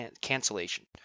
cancellation